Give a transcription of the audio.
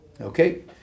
Okay